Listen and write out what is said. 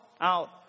out